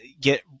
get